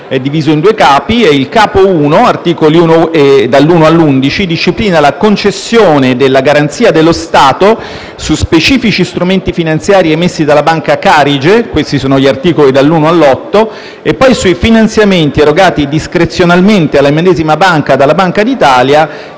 è diviso in due capi. Il capo I (articoli da 1 a 11) disciplina la concessione della garanzia dello Stato su specifici strumenti finanziari emessi da Banca Carige (articoli da 1 a 8) e sui finanziamenti erogati discrezionalmente alla medesima banca dalla Banca d'Italia